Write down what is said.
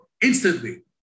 instantly